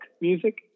music